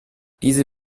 diese